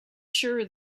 sure